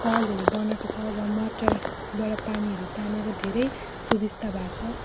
कलहरू बनाएको छ र मोटरबाट पानीहरू तानेर धेरै सुविस्ता भएको छ